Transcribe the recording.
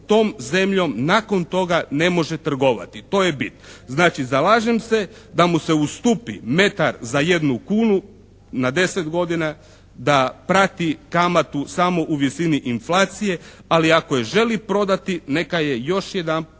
tom zemljom ne može trgovati, to je bit. Znači zalažem se da mu se ustupi metar za jednu kunu na 10 godina, da prati kamatu samo u visini inflacije, ali ako je želi prodati neka je još jedanput,